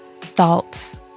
thoughts